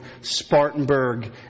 Spartanburg